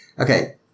okay